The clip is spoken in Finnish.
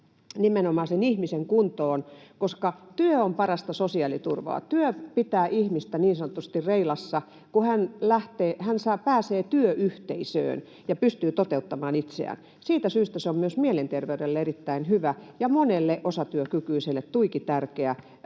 nimenomaan sen ihmisen kuntoon, koska työ on parasta sosiaaliturvaa. Työ pitää ihmistä niin sanotusti reilassa, kun hän pääsee työyhteisöön ja pystyy toteuttamaan itseään. Siitä syystä se on myös mielenterveydelle erittäin hyvä ja monelle osatyökykyiselle tuiki tärkeää